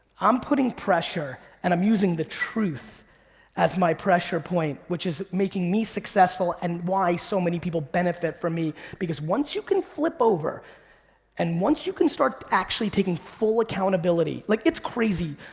i'm putting pressure, and i'm using the truth as my pressure point, which is making me successful and why so many people benefit from me. because once you can flip over and once you can start actually taking full accountability. like it's crazy,